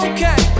Okay